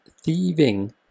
thieving